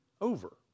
over